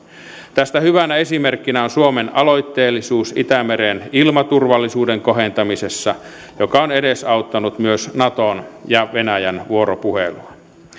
tästä hyvänä esimerkkinä on suomen aloitteellisuus itämeren ilmaturvallisuuden kohentamisessa joka on edesauttanut myös naton ja venäjän vuoropuhelua